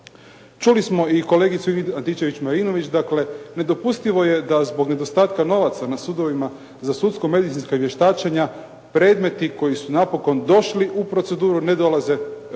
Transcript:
Čuli smo i kolegicu Ingrid Antičević Marinović. Dakle, nedopustivo je da zbog nedostatka novaca na sudovima za sudsko-medicinska vještačenja predmeti koji su napokon došli u proceduru ne dolaze do